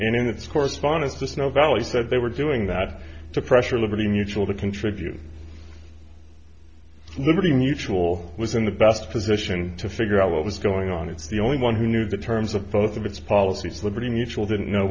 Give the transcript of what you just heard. in its correspondence to snow valley said they were doing that to pressure liberty mutual to contribute liberty mutual was in the best position to figure out what was going on and the only one who knew the terms of both of its policies were pretty mutual didn't know